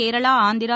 Kerala Andhra